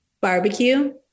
barbecue